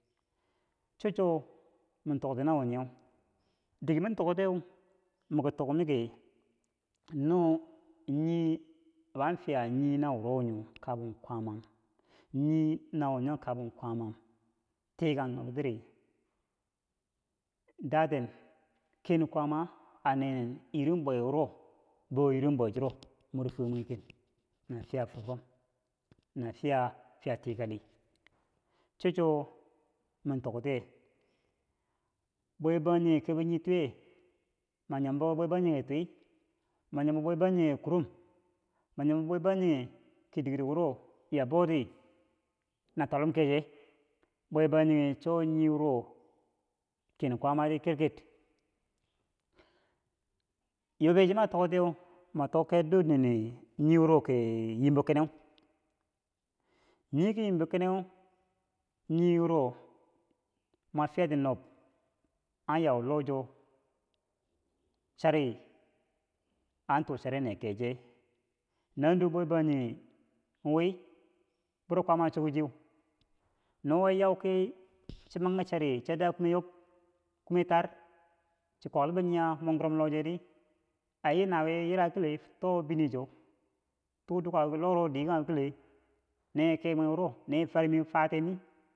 cho cho mi tokti na wo nyeu dike mi toktiyeu ma ki tok miki no nii ba an, fiya nii na wuro nyo kabum kwaamam nii na wo nyo kabum kwaamam tikang nub tiri daten ken kwaama a nenen iri bwe wuro, boo irin bwe choro mor fwiye mwe ken na fiya fubom na chiya tikali cho chwo min toktiye bwe bangjighe kebou nii tiye min yombo bwe bangjinghe ki twi ma yombo bwe bangjinghe ki kum ma yombo bwe banjinghe ki dikero wo ya auti na twalluim kecher bwe bangjinghe cho nii wure bwebangjinghe cho nii wuro ken kwaamati kirkir Yobe cher ma toktiyeu ma tok ker dor nii wo ki yimbou ken neu nii wo ki yimbou nii wuro ki yimbou keneu mo fiya nob an yau loh cho chari an too chari nee kecher naduwo bwe bangjinghe wii buro kwaama choku chiyeu no wo yau ki cho man ki chari cho da'a kume yobe kume tari chi kwaklibo nia mwegurom lochadi ayi nawi ye yira kile tou bini cho, tu dukako loruu dike kanghe kile nee kemwe wuro, nee farmi fate mun.